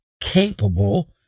capable